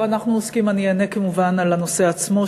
אני אענה כמובן על הנושא עצמו,